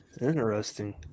interesting